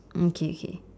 okay K